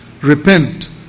repent